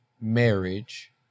marriage